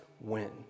win